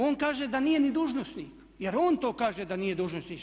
On kaže da nije ni dužnosnik, jer ono to kaže da nije dužnosnik.